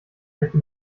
möchte